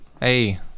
hey